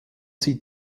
sie